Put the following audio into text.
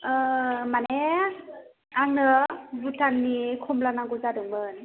माने आंनो भुताननि खमला नांगौ जादोंमोन